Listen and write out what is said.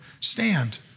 stand